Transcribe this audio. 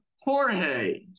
Jorge